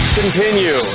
continue